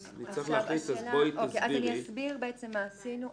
אני אסביר מה עשינו.